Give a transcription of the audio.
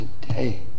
today